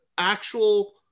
actual